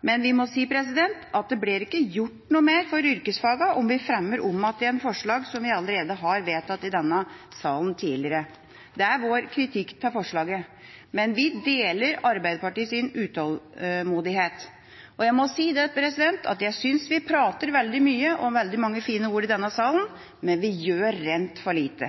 men vi må si at det blir ikke gjort noe mer for yrkesfagene om vi fremmer om igjen forslag som vi allerede har vedtatt i denne salen tidligere. Det er vår kritikk mot forslagene. Men vi deler Arbeiderpartiets utålmodighet. Jeg synes vi prater veldig mye med veldig mange fine ord i denne salen, men vi gjør rent for lite.